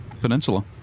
peninsula